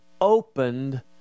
opened